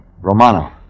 Romano